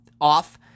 off